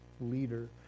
leader